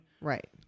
Right